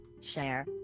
share